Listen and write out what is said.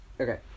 Okay